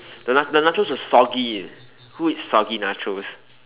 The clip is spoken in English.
the na~ the nachos was soggy who eats soggy nachos